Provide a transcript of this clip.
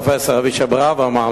פרופסור אבישי ברוורמן,